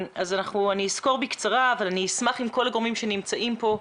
אני אסקור בקצרה אבל אני אשמח אם כל הגורמים שנמצאים כאן,